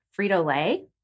Frito-Lay